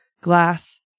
glass